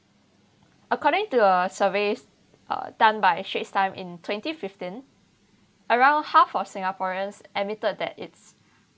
according to the surveys uh done by straits time in twenty fifteen around half of singaporeans admitted that it's